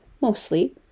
mostly